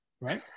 Right